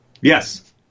Yes